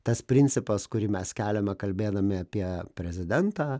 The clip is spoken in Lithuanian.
tas principas kurį mes keliame kalbėdami apie prezidentą